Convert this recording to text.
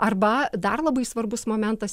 arba dar labai svarbus momentas